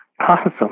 Awesome